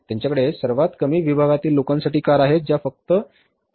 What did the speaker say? त्यांच्याकडे सर्वात कमी विभागातील लोकांसाठी कार आहेत ज्या फक्त 2